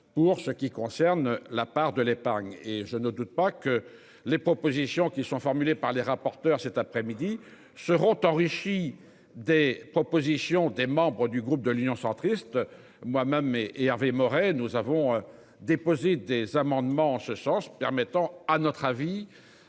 Pour ce qui concerne la part de l'épargne et je ne doute pas que les propositions qui sont formulées par les rapporteurs cet après-midi seront enrichies, des propositions des membres du groupe de l'Union centriste, moi-même et et Hervé Maurey. Nous avons déposé des amendements en ce sens permettant à notre avis